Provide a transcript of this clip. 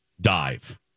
dive